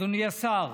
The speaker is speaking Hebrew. אדוני השר,